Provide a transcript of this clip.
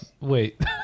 Wait